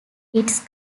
its